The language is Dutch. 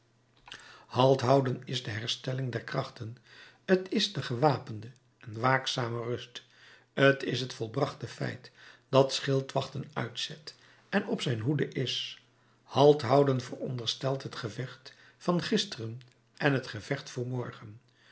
halt houden is de herstelling der krachten t is de gewapende en waakzame rust t is het volbrachte feit dat schildwachten uitzet en op zijn hoede is halt houden veronderstelt het gevecht van gisteren en het gevecht voor morgen